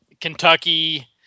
Kentucky